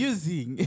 Using